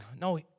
No